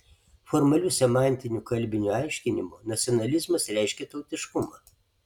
formaliu semantiniu kalbiniu aiškinimu nacionalizmas reiškia tautiškumą